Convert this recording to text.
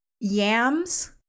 Yams